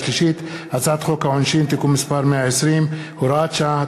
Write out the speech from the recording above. הצעת חוק העונשין (תיקון מס' 120 והוראת שעה),